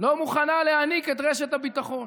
שלא מוכנים להעניק את רשת הביטחון.